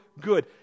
good